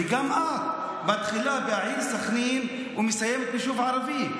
וגם את מתחילה ב"העיר סח'נין" ומסיימת ב"יישוב ערבי".